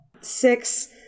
six